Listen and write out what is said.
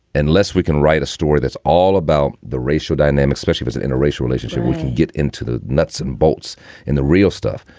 unless we can write a story that's all about the racial dynamic, especially with an interracial relationship, we can get into the nuts and bolts and the real stuff.